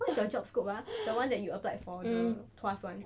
what's your job scope ah the one that you applied for the tuas [one]